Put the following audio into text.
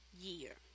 year